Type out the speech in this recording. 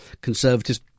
conservatives